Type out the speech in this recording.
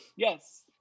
Yes